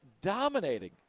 dominating